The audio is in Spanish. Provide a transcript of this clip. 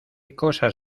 cosas